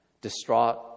Distraught